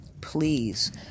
Please